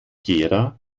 gera